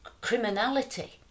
criminality